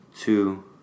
two